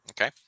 Okay